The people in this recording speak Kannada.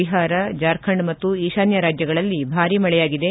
ಬಿಹಾರ ಜಾರ್ಖಂಡ್ ಮತ್ತು ಈಶಾನ್ಹ ರಾಜ್ಞಗಳಲ್ಲಿ ಭಾರಿ ಮಳೆಯಾಗಿದೆ